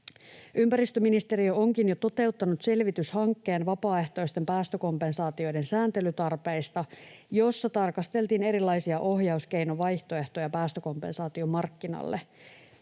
Ympäristöministeriö onkin jo toteuttanut vapaaehtoisten päästökompensaatioiden sääntelytarpeista selvityshankkeen, jossa tarkasteltiin erilaisia ohjauskeinovaihtoehtoja päästökompensaatiomarkkinalle.